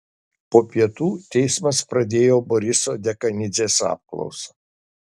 po pietų teismas pradėjo boriso dekanidzės apklausą